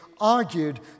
argued